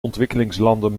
ontwikkelingslanden